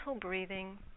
breathing